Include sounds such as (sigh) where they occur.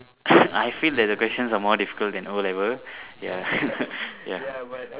(noise) I feel that the questions are more difficult than O-level ya (laughs) ya